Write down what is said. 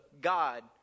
God